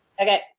Okay